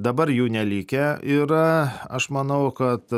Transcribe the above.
dabar jų nelikę yra aš manau kad